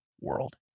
world